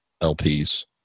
LPs